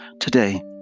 Today